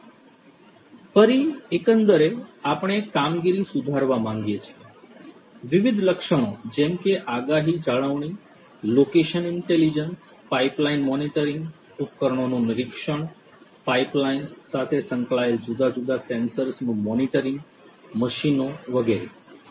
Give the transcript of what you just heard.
ફરી એકંદરે આપણે કામગીરી સુધારવા માંગીએ છીએ વિવિધ લક્ષણો જેમ કે આગાહી જાળવણી લોકેશન ઇન્ટેલિજન્સ પાઇપલાઇન મોનિટરિંગ ઉપકરણોનું નિરીક્ષણ પાઇપલાઇન્સ સાથે સંકળાયેલ જુદા જુદા સેન્સર્સનું મોનિટરિંગ મશીનો વગેરે